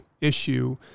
Issue